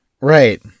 right